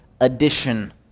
addition